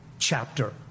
chapter